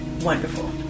Wonderful